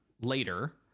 later